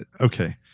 Okay